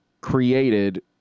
created